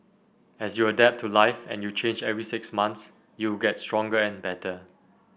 as you adapt to life and you change every six months you get stronger and better